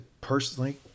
personally